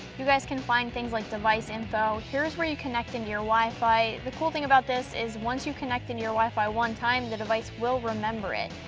you guys can find things like device info. here's where you connect in your wi-fi. the cool thing about this is once you connect in your wi-fi one time the device will remember it.